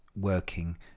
working